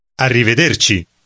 Arrivederci